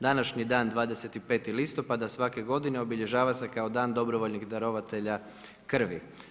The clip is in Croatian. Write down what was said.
Današnji dan 25. listopada svake godine obilježava se kao dan dobrovoljnih darovatelja krvi.